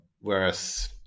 whereas